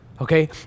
Okay